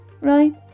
right